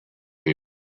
here